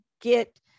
get